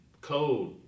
code